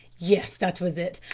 yes, that was it.